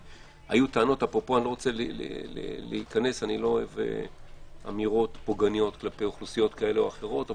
אני לא רוצה להיכנס לאמירות פוגעניות לגבי אוכלוסיות כאלה ואחרות,